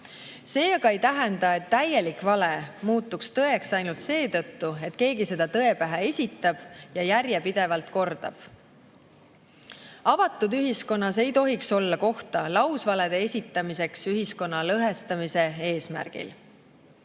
See aga ei tähenda, et täielik vale muutuks tõeks ainult seetõttu, et keegi seda tõe pähe esitab ja järjepidevalt kordab. Avatud ühiskonnas ei tohiks olla kohta lausvalede esitamiseks ühiskonna lõhestamise eesmärgil. Ütlesin